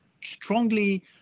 strongly